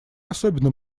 особенно